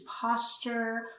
posture